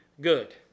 good